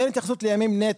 אין התייחסות לימים נטו,